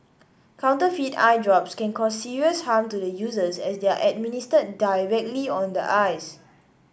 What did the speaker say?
counterfeit eye drops can cause serious harm to the users as they are administered directly on the eyes